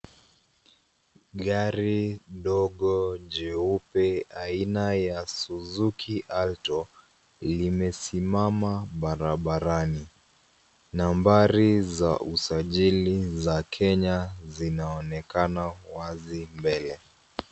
Gari ndogo jeupe aina ya suzuki alto limesimama barabarani. Nambari za usajili za Kenya zinaonekana wazi mbele.